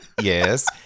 Yes